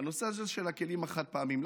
בנושא הזה של הכלים החד-פעמיים?